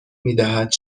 میدهد